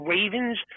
Ravens